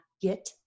get